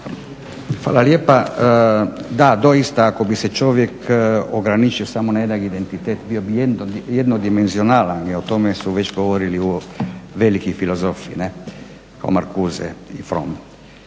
Hvala lijepa. Da, doista ako bi se čovjek ograničio samo na jedan identitet bio bi jednodimenzionalan i o tome su već govorili veliki filozofi kao …/Govornik